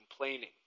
complaining